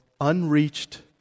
unreached